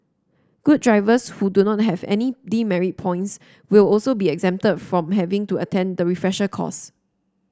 good drivers who do not have any demerit points will also be exempted from having to attend the refresher course